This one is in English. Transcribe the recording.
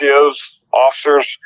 officers